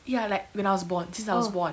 ya like when I was born since I was born